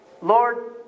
Lord